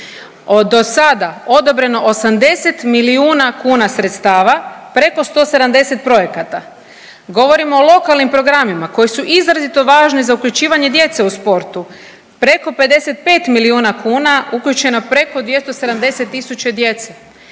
do sada odobreno 80 milijuna kuna sredstava, preko 170 projekata, govorimo o lokalnim programima koji si izrazito važni za uključivanje djece u sportu, preko 55 milijuna kuna, uključeno preko 270 tisuća djece,